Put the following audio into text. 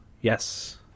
Yes